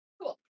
Cool